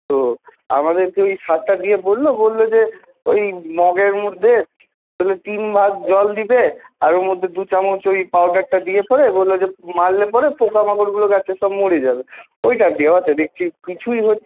তো আমাদেরকে ওই সারটা দিয়ে বললো বললো যে ওই মগের মধ্যে তিন ভাগ জল দিতে আর ওর মধ্যে দু চামচ ওই পাওডারটা দিলে বললো যে মারলে পরে পোকামাকড়গুলো গাছের সব মরে যাবে ওইটা দেওয়াতে দেখছি কিছুই হচ্ছে